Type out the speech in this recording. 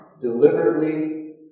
deliberately